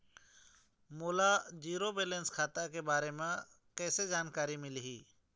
मोला zero balance खाता के बारे म कैसे जानकारी मिलही?